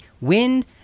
wind